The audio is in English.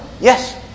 Yes